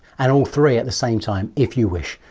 and all three at the same time, if you wish.